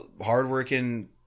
hardworking